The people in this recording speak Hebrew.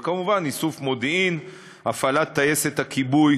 וכמובן איסוף מודיעין, הפעלת טייסת הכיבוי